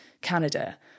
Canada